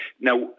Now